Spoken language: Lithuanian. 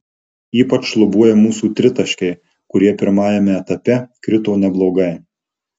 ypač šlubuoja mūsų tritaškiai kurie pirmajame etape krito neblogai